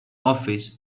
office